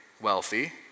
wealthy